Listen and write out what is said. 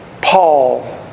Paul